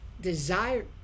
desire